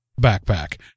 backpack